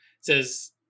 says